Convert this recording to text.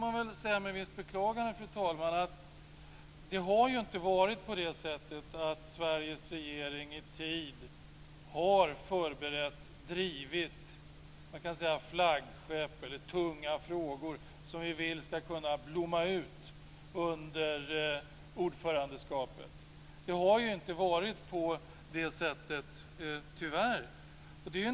Man får med en viss beklagan konstatera att Sveriges regering inte i tid har förberett och drivit flaggskepp, eller tunga frågor, som vi vill ska kunna blomma ut under ordförandeskapet. Det har tyvärr inte varit på det sättet.